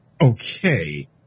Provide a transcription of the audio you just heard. Okay